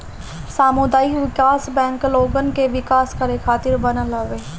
सामुदायिक विकास बैंक लोगन के विकास करे खातिर बनल हवे